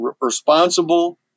responsible